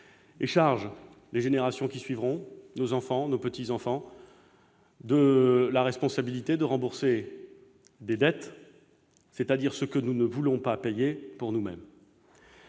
et charge les générations à venir, nos enfants et nos petits-enfants, de la responsabilité de rembourser les dettes, c'est-à-dire ce que nous ne voulons pas payer pour nous-mêmes.